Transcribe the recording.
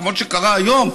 כמו שקרה היום,